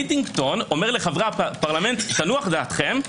לי דינגטון אומר לחברי הפרלמנט: תנוח דעתכם.